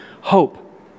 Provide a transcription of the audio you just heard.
hope